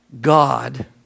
God